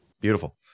beautiful